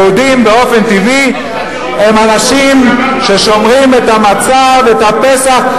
יהודים באופן טבעי הם אנשים ששומרים את המצה ואת הפסח.